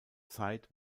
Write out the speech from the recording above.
zeit